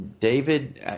David